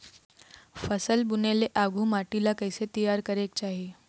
फसल बुने ले आघु माटी ला कइसे तियार करेक चाही?